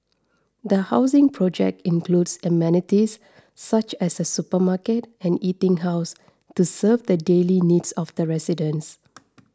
the housing project includes amenities such as a supermarket and eating house to serve the daily needs of residents